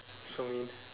so